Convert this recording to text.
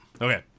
Okay